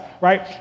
right